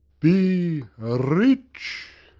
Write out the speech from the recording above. be rich.